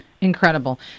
Incredible